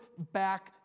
back